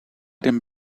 dem